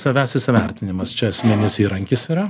savęs įsivertinimas čia esminis įrankis yra